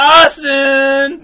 Austin